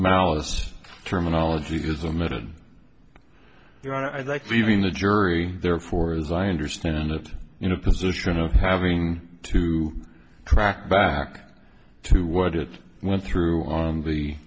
malice terminology is a method your i'd like leaving the jury there for as i understand it in a position of having to track back to what it went through on the